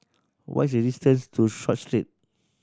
what is the distance to Short Street